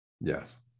Yes